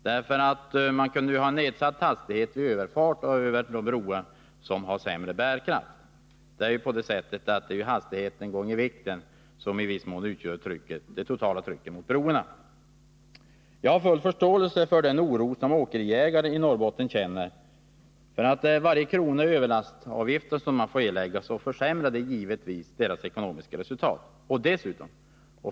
Man kunde ju ha en bestämmelse om nedsatt hastighet när det gäller broar med sämre bärkraft. Det är ju hastigheten gånger vikten som i viss mån utgör det totala trycket på broarna. Jag har full förståelse för den oro som åkeriägare i Norrbotten känner. Varje krona i överlastavgifter som man får erlägga försämrar givetvis det ekonomiska resultatet.